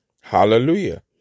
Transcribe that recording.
Hallelujah